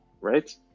right